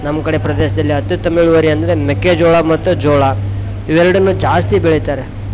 ನಮ್ಮ ಕಡೆ ಪ್ರದೇಶದಲ್ಲಿ ಅತ್ಯುತ್ತಮ ಇಳುವರಿ ಅಂದರೆ ಮೆಕ್ಕೆಜೋಳ ಮತ್ತು ಜೋಳ ಇವೆರಡನ್ನು ಜಾಸ್ತಿ ಬೆಳಿತಾರೆ